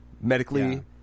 medically